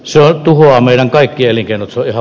se on meidän kaikki elinkeinonsa yhä